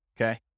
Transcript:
Okay